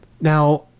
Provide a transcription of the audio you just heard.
Now